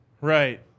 Right